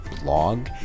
blog